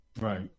Right